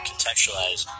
Contextualize